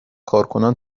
کارکنان